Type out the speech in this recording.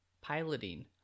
piloting